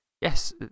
yes